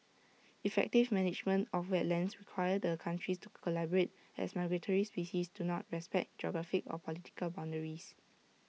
effective management of wetlands requires the countries to collaborate as migratory species do not respect geographic or political boundaries